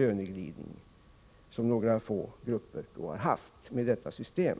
löneglidning några få grupper har haft med detta system.